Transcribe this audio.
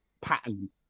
pattern